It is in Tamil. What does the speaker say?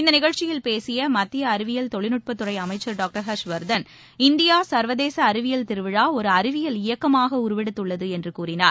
இந்தநிகழ்ச்சியில் பேசியமத்தியஅறிவியல் தொழில்நுட்பத்துறைஅமைச்சர் டாக்டர் ஹர்ஷ்வர்த்தன் இந்தியாசர்வதேசஅறிவியல் திருவிழாஒருஅறிவியல் இயக்கமாகஉருவெடுத்துள்ளதுஎன்றுகூறினார்